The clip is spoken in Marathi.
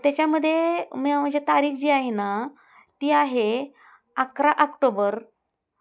त्याच्यामध्ये म माझे तारीख जी आहे ना ती आहे अकरा आक्टोबर